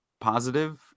positive